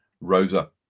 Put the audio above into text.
Rosa